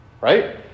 Right